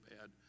bad